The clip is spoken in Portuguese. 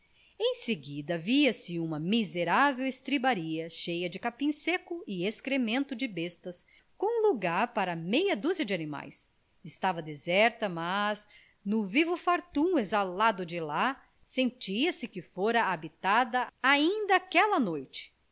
em seguida via-se uma miserável estrebaria cheia de capim seco e excremento de bestas com lugar para meia dúzia de animais estava deserta mas no vivo fartum exalado de lá sentia-se que fora habitada ainda aquela noite